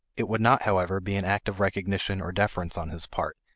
it would not, however, be an act of recognition or deference on his part,